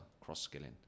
cross-skilling